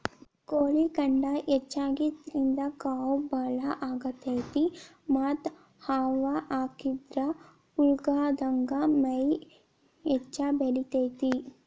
ಕೋಳಿ ಖಂಡ ಹೆಚ್ಚಿಗಿ ತಿಂದ್ರ ಕಾವ್ ಬಾಳ ಆಗತೇತಿ ಮತ್ತ್ ಹವಾ ಹಾಕಿದ ಪುಗ್ಗಾದಂಗ ಮೈ ಹೆಚ್ಚ ಬೆಳಿತೇತಿ